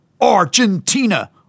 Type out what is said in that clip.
Argentina